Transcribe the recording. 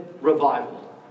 revival